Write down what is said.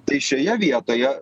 tai šioje vietoje